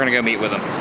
and go meet with them.